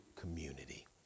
community